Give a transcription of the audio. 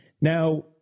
Now